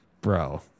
Bro